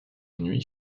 nuit